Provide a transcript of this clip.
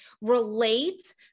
relate